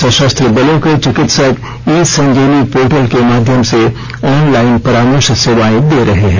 सशस्त्र बलों के चिकित्सक ई संजीवनी पोर्टल के माध्यम से ऑनलाइन परामर्श सेवाएं दे रहे हैं